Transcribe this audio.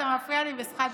אתה מפריע לי בזמן,